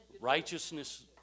Righteousness